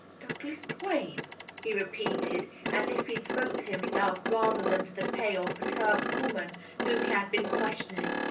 douglas duane he repeated, as if he spoke to himself rather than to the pale, perturbed woman whom he had been questioning.